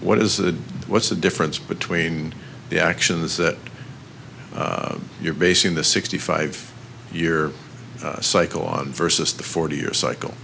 what is the what's the difference between the actions that you're basing the sixty five year cycle on versus the forty year cycle